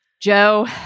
Joe